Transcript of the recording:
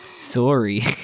Sorry